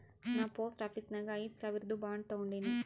ನಾ post office ನಾಗ್ ಐಯ್ದ ಸಾವಿರ್ದು ಬಾಂಡ್ ತಗೊಂಡಿನಿ